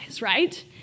right